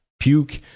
puke